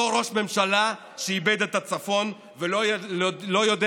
אותו ראש ממשלה שאיבד את הצפון ולא יודע